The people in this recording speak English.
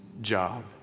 job